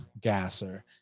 gasser